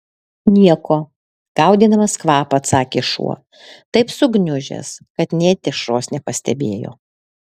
nieko gaudydamas kvapą atsakė šuo taip sugniužęs kad nė dešros nepastebėjo